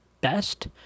best